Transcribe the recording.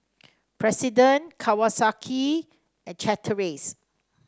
President Kawasaki and Chateraise